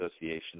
Association